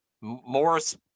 morris